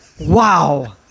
Wow